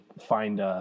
find